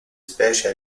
specie